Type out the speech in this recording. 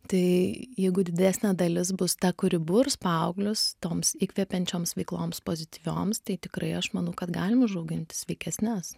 tai jeigu didesnė dalis bus ta kuri burs paauglius toms įkvepiančioms veikloms pozityvioms tai tikrai aš manau kad galim užauginti sveikesnes